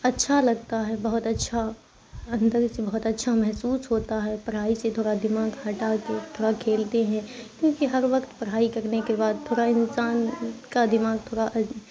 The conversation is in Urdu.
اچھا لگتا ہے بہت اچھا اندر سے بہت اچھا محسوس ہوتا ہے پڑھائی سے تھوڑا دماغ ہٹا کے تھوڑا کھیلتے ہیں کیونکہ ہر وقت پڑھائی کرنے کے بعد تھوڑا انسان کا دماغ تھوڑا